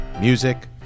music